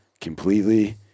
completely